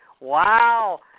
Wow